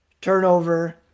turnover